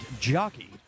jockey